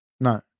No